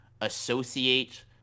associate